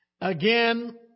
Again